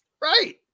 Right